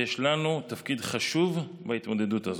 ויש לנו תפקיד חשוב בהתמודדות הזאת.